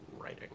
writing